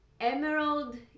Emerald